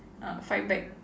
uh fight back